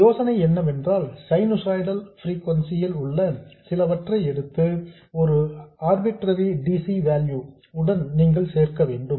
ஒரு யோசனை என்னவென்றால் சைனுசாய்டல் பிரீகொன்சி ல் உள்ள சிலவற்றை எடுத்து ஒரு அர்பிற்றரி dc வேல்யூ உடன் நீங்கள் சேர்க்க வேண்டும்